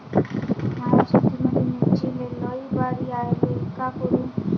माया शेतामंदी मिर्चीले लई बार यायले का करू?